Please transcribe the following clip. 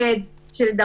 הממשלה,